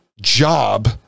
job